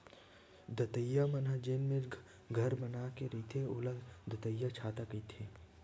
दतइया मन ह जेन मेर घर बना के रहिथे ओला दतइयाछाता कहिथे